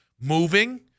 moving